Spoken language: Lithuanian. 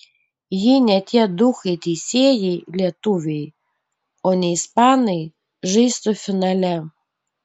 jei ne tie duchai teisėjai lietuviai o ne ispanai žaistų finale